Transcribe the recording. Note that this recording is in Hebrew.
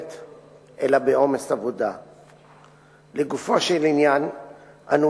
4. האם